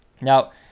Now